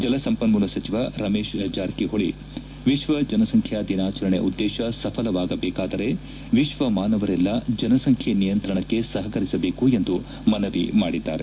ಜಲಸಂಪನ್ಮೂಲ ಸಚಿವ ರಮೇಶ್ ಜಾರಕಿಹೊಳಿ ವಿಶ್ವ ಜನಸಂಖ್ಯಾ ದಿನಾಚರಣೆಯ ಉದ್ದೇಶ ಸಫಲವಾಗಬೇಕಾದರೆ ವಿಶ್ವಮಾನವರೆಲ್ಲ ಜನಸಂಖ್ಯೆ ನಿಯಂತ್ರಣಕ್ಕೆ ಸಹಕರಿಸಬೇಕು ಎಂದು ಮನವಿ ಮಾಡಿದ್ದಾರೆ